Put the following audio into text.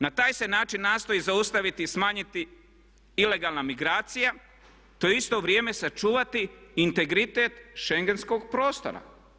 Na taj se način nastoji zaustaviti i smanjiti ilegalna migracija te u isto vrijeme sačuvati integritet schengenskog prostora.